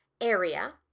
area